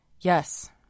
Yes